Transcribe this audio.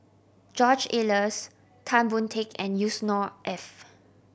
George Oehlers Tan Boon Teik and Yusnor Ef